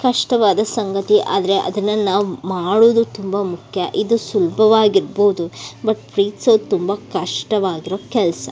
ಕಷ್ಟವಾದ ಸಂಗತಿ ಆದರೆ ಅದನ್ನು ನಾವು ಮಾಡೋದು ತುಂಬ ಮುಖ್ಯ ಇದು ಸುಲಭವಾಗಿರ್ಬೋದು ಬಟ್ ಪ್ರೀತ್ಸೋದು ತುಂಬ ಕಷ್ಟವಾಗಿರೋ ಕೆಲಸ